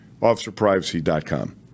officerprivacy.com